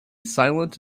silent